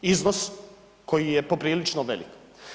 Iznos koji je poprilično veliki.